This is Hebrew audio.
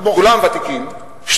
כולם ותיקים, כמוך.